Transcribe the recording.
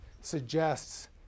suggests